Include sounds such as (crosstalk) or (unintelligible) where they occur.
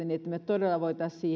(unintelligible) niin että me todella voisimme